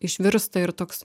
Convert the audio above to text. išvirsta ir toks